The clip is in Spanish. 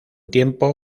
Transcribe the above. tiempo